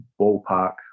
ballpark